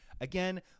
Again